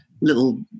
little